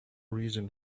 reason